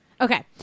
Okay